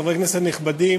חברי כנסת נכבדים,